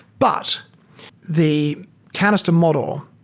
but the canister model,